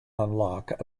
unlock